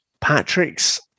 Patrick's